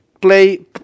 play